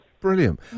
Brilliant